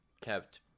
kept